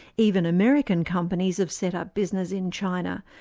even american companies have set up business in china,